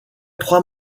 trois